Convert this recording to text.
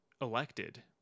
elected